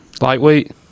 Lightweight